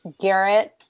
Garrett